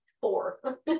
four